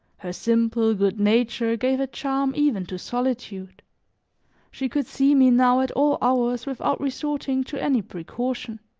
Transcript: her simple, good nature gave a charm even to solitude she could see me now at all hours without resorting to any precaution.